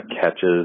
catches